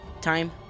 time